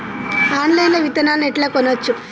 Online లా విత్తనాలను ఎట్లా కొనచ్చు?